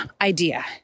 idea